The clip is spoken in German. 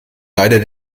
leider